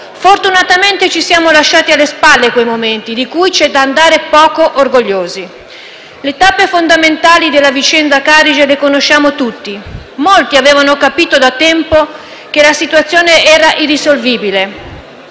Fortunatamente, ci siamo lasciati alle spalle quei momenti di cui c'è da andare poco orgogliosi. Le tappe fondamentali della vicenda Carige le conosciamo tutti: molti avevano capito da tempo che la situazione era irrisolvibile,